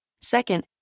Second